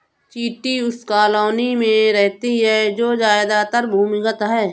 चींटी उस कॉलोनी में रहती है जो ज्यादातर भूमिगत है